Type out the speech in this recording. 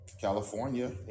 California